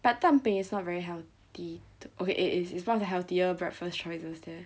but 蛋饼 is not very healthy to okay is is is one of the healthier breakfast choices they have